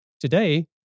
today